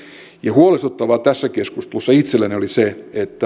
huolestuttavaa tässä keskustelussa itselleni oli se